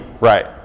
right